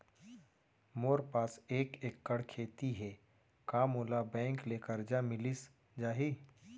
मोर पास एक एक्कड़ खेती हे का मोला बैंक ले करजा मिलिस जाही?